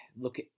look